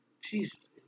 Jesus